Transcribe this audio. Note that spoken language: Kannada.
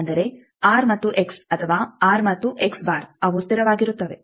ಅಂದರೆ ಆರ್ ಮತ್ತು ಎಕ್ಸ್ ಅಥವಾ ಆರ್ ಮತ್ತು ಎಕ್ಸ್ ಬಾರ್ ಅವು ಸ್ಥಿರವಾಗಿರುತ್ತವೆ